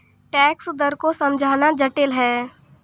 tax दर को समझना जटिल है